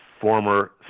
former